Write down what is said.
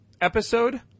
episode